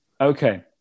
Okay